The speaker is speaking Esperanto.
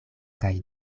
kaj